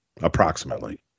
approximately